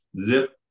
zip